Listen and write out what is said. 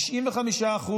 95%,